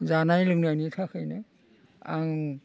जानाय लोंनायनि थाखायनो आं